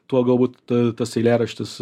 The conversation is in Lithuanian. tuo galbūt tas eilėraštis